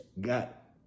got